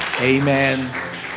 Amen